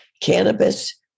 Cannabis